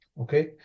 Okay